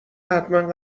حتما